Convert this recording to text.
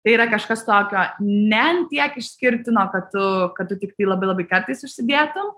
tai yra kažkas tokio ne ant tiek išskirtino kad tu kad tu tiktai labai labai kartais užsidėtum